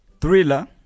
Thriller